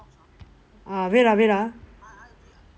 ah wait ah wait ah